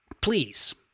please